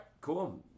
cool